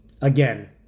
Again